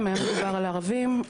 אם היה מדובר בערבית,